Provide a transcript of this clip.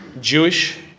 Jewish